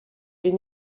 est